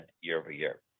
year-over-year